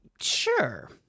sure